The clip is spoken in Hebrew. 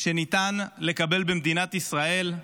שניתן לקבל במדינת ישראל.